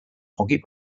pocket